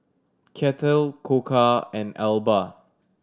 Kettle Koka and Alba